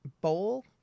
bowl